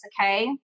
okay